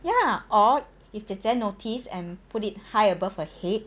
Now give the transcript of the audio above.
ya or if 姐姐 notice and put it high above her head